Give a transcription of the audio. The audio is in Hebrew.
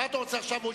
מה אתה רוצה עכשיו?